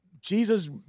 jesus